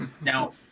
Now